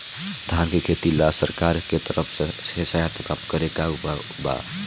धान के खेती ला सरकार के तरफ से सहायता प्राप्त करें के का उपाय बा?